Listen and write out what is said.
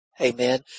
Amen